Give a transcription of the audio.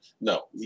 No